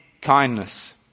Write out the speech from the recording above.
kindness